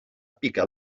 pica